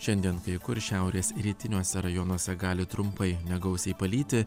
šiandien kai kur šiaurės rytiniuose rajonuose gali trumpai negausiai palyti